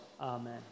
Amen